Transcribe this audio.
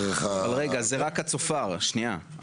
רגע, זה רק הצופר, נכון?